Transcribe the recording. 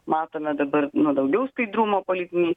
matome dabar nu daugiau skaidrumo politinėj